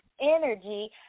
energy